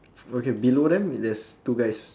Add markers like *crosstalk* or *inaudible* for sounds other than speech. *noise* okay below them there's two guys